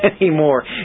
anymore